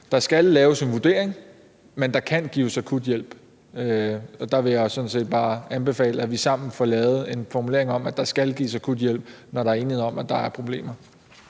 Der skal laves en vurdering, men der kan gives akut hjælp. Der vil jeg sådan set bare anbefale, at vi sammen får lavet en formulering om, at der skal gives akut hjælp, når der er enighed om, at der er problemer.